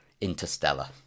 Interstellar